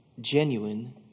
Genuine